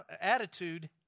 attitude